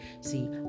See